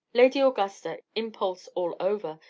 lady augusta, impulse all over,